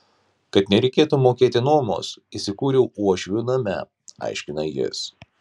kad nereikėtų mokėti nuomos įsikūriau uošvių name aiškina jis